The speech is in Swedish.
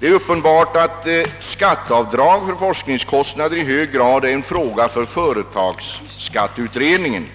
Det är uppenbart att skatteavdrag för forskningskostnader i hög grad är en fråga för företagsskatteutredningen.